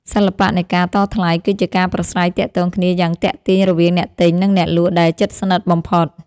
សិល្បៈនៃការតថ្លៃ គឺជាការប្រាស្រ័យទាក់ទងគ្នាយ៉ាងទាក់ទាញរវាងអ្នកទិញ និងអ្នកលក់ដែលជិតស្និទ្ធបំផុត។